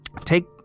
Take